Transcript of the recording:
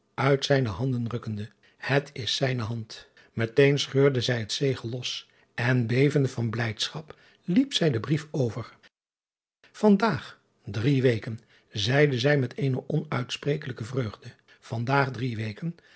uit zijne handen rukkende et is zijne hand eteen scheurde zij het zegel los en bevende van blijdschap liep zij den brief over an daag drie weken zeide zij met eene onuitsprekelijke vreugde van daag drie weken